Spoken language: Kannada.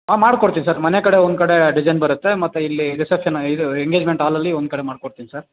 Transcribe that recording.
ಹಾಂ ಮಾಡ್ಕೊಡ್ತೀನಿ ಸರ್ ಮನೆ ಕಡೆ ಒಂದ್ಕಡೆ ಡಿಸೈನ್ ಬರುತ್ತೆ ಮತ್ತು ಇಲ್ಲಿ ರಿಸೆಪ್ಷನ್ ಇದು ಎಂಗೇಜ್ಮೆಂಟ್ ಹಾಲಲ್ಲಿ ಒಂದ್ಕಡೆ ಮಾಡ್ಕೊಡ್ತೀನಿ ಸರ್